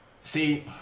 See